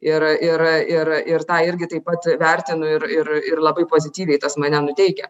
ir ir ir ir tą irgi taip pat vertinu ir ir ir labai pozityviai tas mane nuteikia